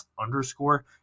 underscore